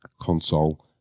Console